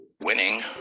Winning